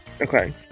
okay